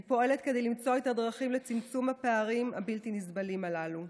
אני פועלת כדי למצוא את הדרכים לצמצום הפערים הבלתי-נסבלים הללו.